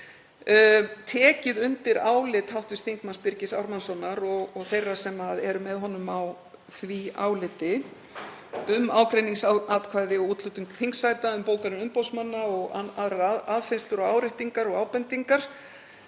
tekið undir álit hv. þm. Birgis Ármannssonar, og þeirra sem eru með honum á því áliti, um ágreiningsatkvæði og úthlutun þingsæta, um bókanir umboðsmanna og aðrar aðfinnslur og áréttingar og ábendingar.